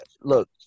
look